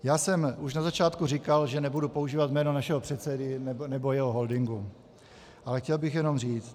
Já jsem už na začátku říkal, že nebudu používat jméno našeho předsedy nebo jeho holdingu, ale chtěl bych jenom říct...